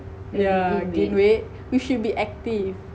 yeah gain weight you should be active